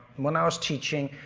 when i was teaching,